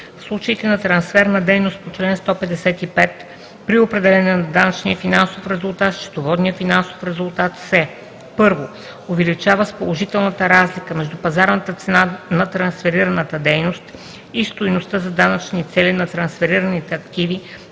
В случаите на трансфер на дейност по чл. 155, при определяне на данъчния финансов резултат счетоводният финансов резултат се: 1. увеличава с положителната разлика между пазарната цена на трансферираната дейност и стойността за данъчни цели на трансферираните активи,